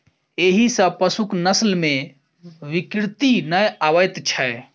एहि सॅ पशुक नस्ल मे विकृति नै आबैत छै